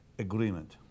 Agreement